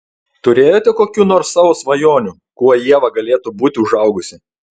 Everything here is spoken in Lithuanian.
turėjote kokių nors savo svajonių kuo ieva galėtų būti užaugusi